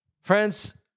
Friends